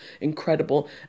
incredible